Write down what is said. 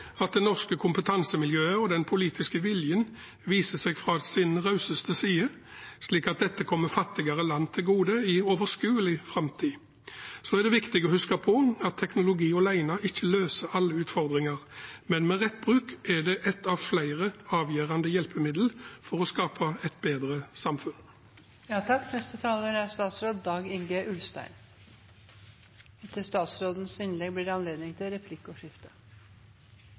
at det norske kompetansemiljøet og den politiske viljen viser seg fra sin rauseste side, slik at dette kommer fattigere land til gode i overskuelig framtid. Så er det viktig å huske på at teknologi alene ikke løser alle utfordringer, men ved rett bruk er det ett av flere avgjørende hjelpemidler for å skape et bedre samfunn.